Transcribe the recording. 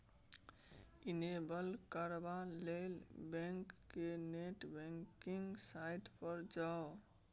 enable करबा लेल bank केर नेट बैंकिंग साइट पर जाउ